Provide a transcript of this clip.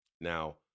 Now